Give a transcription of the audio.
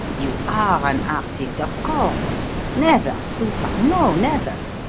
you are an artist, of course never super no, never.